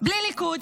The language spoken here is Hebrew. בלי ליכוד,